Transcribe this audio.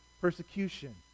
persecution